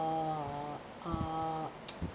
uh uh